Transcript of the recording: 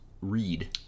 read